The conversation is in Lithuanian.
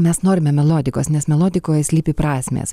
mes norime melodikos nes melodikoj slypi prasmės